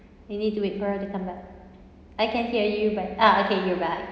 we need to wait for her to come back I can hear you but ah okay you're back